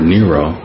Nero